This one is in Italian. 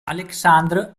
aleksandr